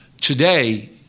Today